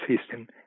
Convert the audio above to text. system